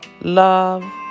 love